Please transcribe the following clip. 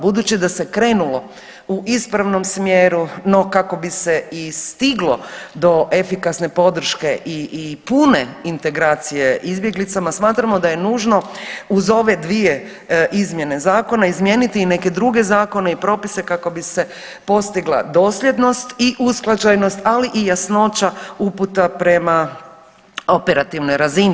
Budući da se krenulo u ispravnom smjeru, no kako bi se i stiglo do efikasne podrške i pune integracije izbjeglicama smatramo da je nužno uz ove dvije izmjene zakona izmijeniti i neke druge zakone i propise kako bi se postigla dosljednost i usklađenost, ali i jasnoća uputa prema operativnoj razini.